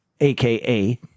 AKA